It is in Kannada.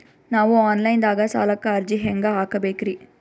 ನಾವು ಆನ್ ಲೈನ್ ದಾಗ ಸಾಲಕ್ಕ ಅರ್ಜಿ ಹೆಂಗ ಹಾಕಬೇಕ್ರಿ?